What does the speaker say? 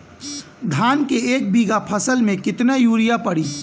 धान के एक बिघा फसल मे कितना यूरिया पड़ी?